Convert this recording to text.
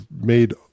made